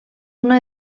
una